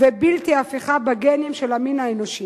ובלתי הפיכה בגנים של המין האנושי.